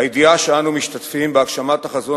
הידיעה שאנחנו משתתפים בהגשמת החזון